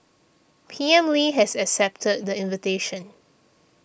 P M Lee has accepted the invitation